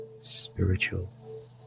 spiritual